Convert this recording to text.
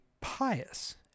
pious